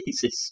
Jesus